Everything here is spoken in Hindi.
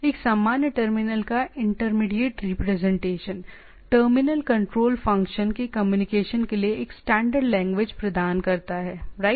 एक सामान्य टर्मिनल का intermediate representation terminal control function के कम्युनिकेशन के लिए एक स्टैंडर्ड लैंग्वेज प्रदान करता है राइट